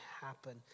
happen